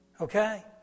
Okay